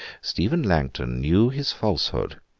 stephen langton knew his falsehood,